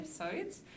episodes